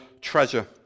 treasure